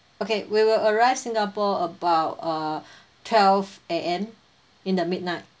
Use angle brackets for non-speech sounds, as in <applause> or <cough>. okay we will arrive singapore about uh <breath> twelve A_M in the midnight